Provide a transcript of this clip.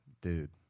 dude